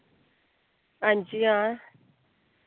हां जी हां